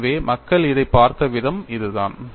எனவே மக்கள் இதைப் பார்த்த விதம் இதுதான்